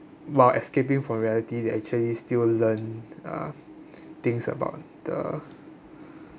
while escaping from reality they actually still learn uh things about the